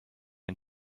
and